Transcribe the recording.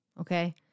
Okay